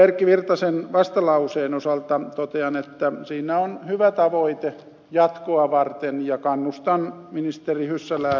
erkki virtasen vastalauseen osalta totean että siinä on hyvä tavoite jatkoa varten ja kannustan ministeri hyssälää